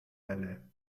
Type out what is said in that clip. welle